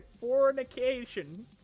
Fornication